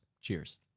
Cheers